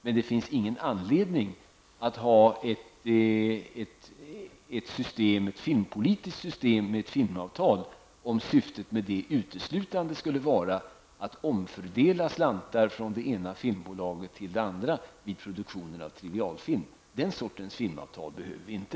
Men det finns inte någon anledning att ha ett filmpolitiskt system med ett filmavtal om syftet med det uteslutande skulle vara att omfördela slantar från det ena filmbolaget till det andra vid produktionen av trivialfilm. Den sortens filmavtal behöver vi inte.